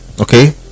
okay